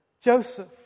Joseph